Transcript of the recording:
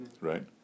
right